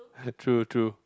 true true